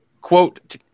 quote